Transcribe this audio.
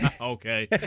Okay